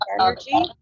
energy